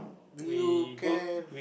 do you care